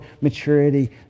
maturity